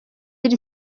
iri